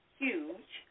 huge